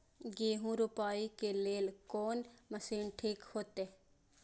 गेहूं रोपाई के लेल कोन मशीन ठीक होते?